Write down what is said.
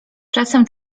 czasem